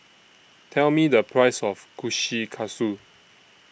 Tell Me The Price of Kushikatsu